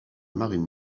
marine